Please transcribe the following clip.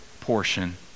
portion